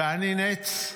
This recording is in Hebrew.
ואני נץ,